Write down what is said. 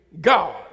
God